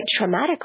traumatically